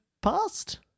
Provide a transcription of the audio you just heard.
past